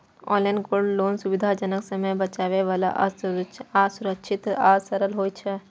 online gold loan सुविधाजनक, समय बचाबै बला आ सुरक्षित आ सरल होइ छै